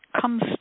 comes